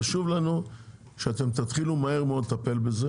חשוב לנו שאתם תתחילו מהר מאוד לטפל בזה